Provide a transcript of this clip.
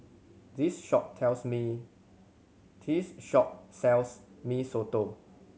this shop tells me this shop sells Mee Soto